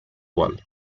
well